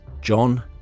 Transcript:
John